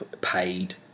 paid